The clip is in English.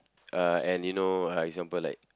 uh and you know uh example like